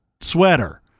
sweater